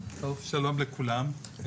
שלום לכולם,